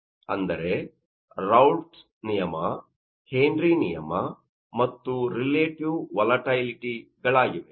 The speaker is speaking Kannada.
ಅಂದರೆ ರೌಲ್ಟ್ Raoult's ನಿಯಮ ಹೆನ್ರಿನಿಯಮ ಮತ್ತು ರಿಲೇಟಿವ್ ವೊಲಟೈಲಿಟಿಗಳಾಗಿವೆ